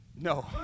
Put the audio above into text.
No